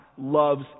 loves